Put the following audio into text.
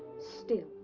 still,